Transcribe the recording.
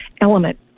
element